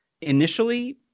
initially